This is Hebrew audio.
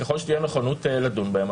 ככל שתהיה נכונות לדון בהן,